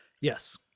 Yes